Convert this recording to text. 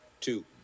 two